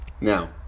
Now